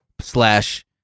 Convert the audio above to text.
slash